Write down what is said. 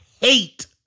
Hate